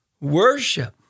Worship